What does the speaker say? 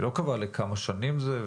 היא לא קבעה לכמה שנים זה.